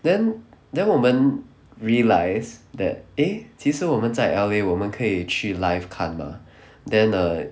then then 我们 realise that eh 其实我们在 L_A 我们可以去 live 看 mah then err